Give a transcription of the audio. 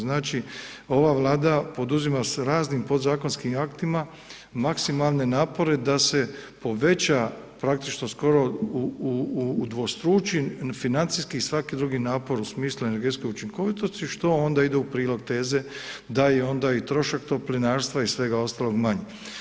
Znači, ova Vlada poduzima s raznim podzakonskim aktima maksimalne napore da se poveća, praktično skoro udvostruči, financijski i svaki drugi napor u smislu energetske učinkovitosti, što onda ide u prilog teze da je onda i trošak toplinarstva i svega ostaloga manji.